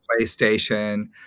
PlayStation